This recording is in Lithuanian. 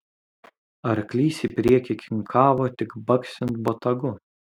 arklys į priekį kinkavo tik baksint botagu